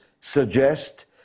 suggest